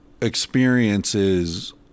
experiences